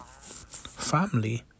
family